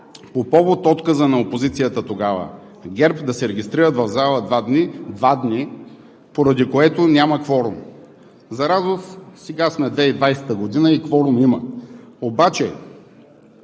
по повод отказа на опозицията тогава – ГЕРБ – да се регистрира в залата два дни – два дни, поради което няма кворум. За радост, сега сме 2020 г. и кворум има. Обаче